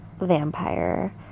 vampire